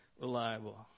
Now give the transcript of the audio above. reliable